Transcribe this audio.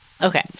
Okay